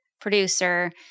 producer